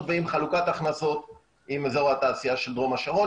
ועם חלוקת הכנסות עם אזור התעשייה של דרום השרון.